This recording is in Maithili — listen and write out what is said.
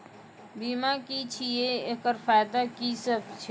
बीमा की छियै? एकरऽ फायदा की सब छै?